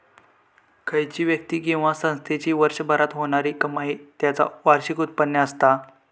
खयची व्यक्ती किंवा संस्थेची वर्षभरात होणारी कमाई त्याचा वार्षिक उत्पन्न असता